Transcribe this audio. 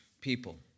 people